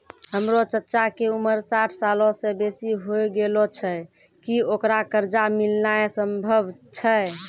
हमरो चच्चा के उमर साठ सालो से बेसी होय गेलो छै, कि ओकरा कर्जा मिलनाय सम्भव छै?